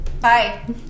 Bye